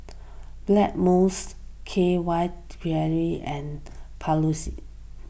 Blackmores K Y Jelly and Papulex